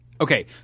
Okay